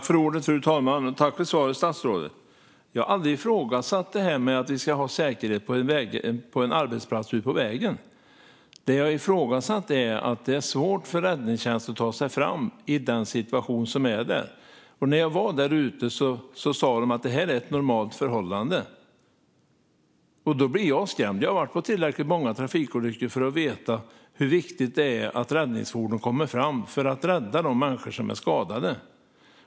Fru talman! Tack för svaret, statsrådet! Jag har aldrig ifrågasatt att vi ska ha säkerhet på en arbetsplats vid vägen. Det jag har ifrågasatt är att det är svårt för räddningstjänst att ta sig fram i den situation som råder där. När jag var där ute sa de: Det här är ett normalt förhållande. Då blir jag skrämd. Jag har varit vid tillräckligt många trafikolyckor för att veta hur viktigt det är att räddningsfordon kommer fram för att rädda de människor som är skadade.